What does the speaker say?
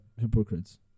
hypocrites